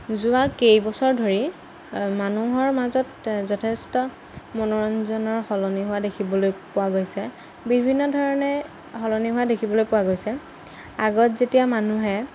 যোৱা কেইবছৰ ধৰি মানুহৰ মাজত যথেষ্ট মনোৰঞ্জনৰ সলনি হোৱা দেখিবলৈ পোৱা গৈছে বিভিন্ন ধৰণে সলনি হোৱা দেখিবলৈ পোৱা গৈছে আগত যেতিয়া মানুহে